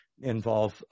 Involve